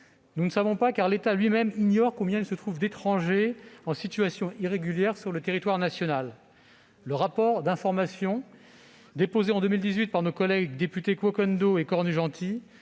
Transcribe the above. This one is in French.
Nous ne le savons pas, car l'État lui-même ignore combien d'étrangers en situation irrégulière se trouvent sur le territoire national. Le rapport d'information déposé en 2018 par nos collègues députés Kokouendo et Cornut-Gentille